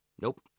nope